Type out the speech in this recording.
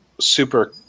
super